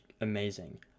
amazing